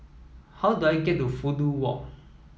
how do I get to Fudu Walk